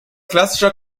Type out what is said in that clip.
klassischer